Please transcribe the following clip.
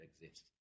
exist